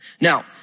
Now